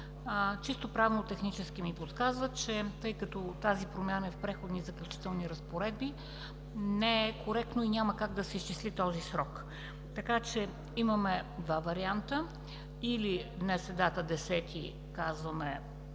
Чисто правно-технически ми подсказват, че тъй като тази промяна е в „Преходни и заключителни разпоредби“, не е коректно и няма как да се изчисли този срок. Така че имаме два варианта: днес е дата 10-и – казваме